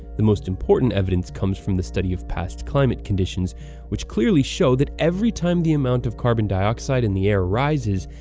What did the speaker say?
the most important evidence comes from the study of past climate conditions which clearly show that every time the amount of carbon dioxide in the air rises,